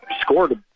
scored